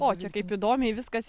o čia kaip įdomiai viskas